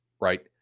right